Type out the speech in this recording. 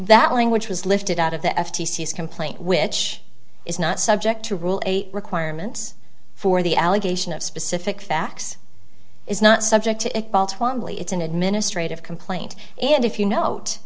that language was lifted out of the f t c is complaint which is not subject to rule eight requirements for the allegation of specific facts is not subject to it paul twamley it's an administrative complaint and if you note